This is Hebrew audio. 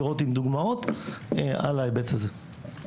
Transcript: תוכלו לראות דוגמאות במסמך הזה על ההיבט הזה.